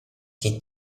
che